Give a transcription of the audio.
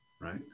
right